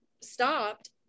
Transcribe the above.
stopped